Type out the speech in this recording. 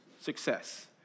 success